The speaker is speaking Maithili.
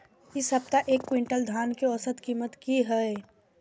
इ सप्ताह एक क्विंटल धान के औसत कीमत की हय?